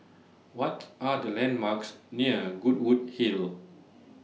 What Are The landmarks near Goodwood Hill